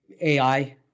AI